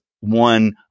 one